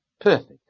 perfect